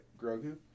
Grogu